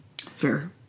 Fair